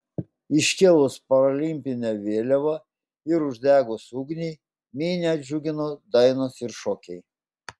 iškėlus paralimpinę vėliavą ir uždegus ugnį minią džiugino dainos ir šokiai